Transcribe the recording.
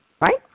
Right